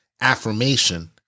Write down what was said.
affirmation